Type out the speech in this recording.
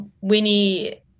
Winnie